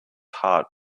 heart